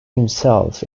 himself